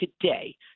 today